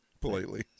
Politely